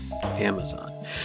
Amazon